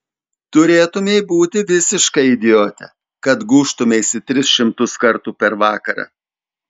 turėtumei būti visiška idiote kad gūžtumeisi tris šimtus kartų per vakarą